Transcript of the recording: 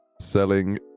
selling